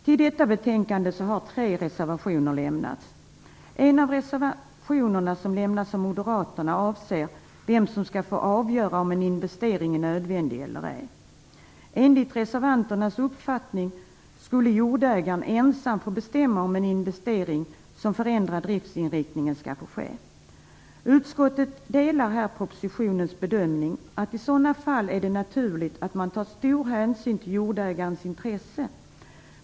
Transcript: Till detta betänkande har lämnats tre reservationer. En av reservationerna som lämnats av Moderaterna avser vem som skall få avgöra om en investering är nödvändig eller ej. Enligt reservanternas uppfattning skulle jordägaren ensam få bestämma om en investering som förändrar driftsinriktningen skall få ske. Utskottet delar här propositionens bedömning att det i sådana fall är naturligt att man tar stor hänsyn till jordägarens intresse.